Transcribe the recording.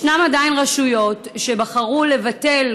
ישנן עדיין רשויות שבחרו לבטל,